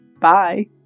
bye